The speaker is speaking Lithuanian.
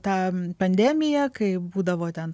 tą pandemiją kai būdavo ten